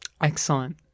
Excellent